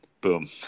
Boom